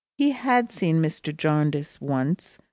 he had seen mr. jarndyce once,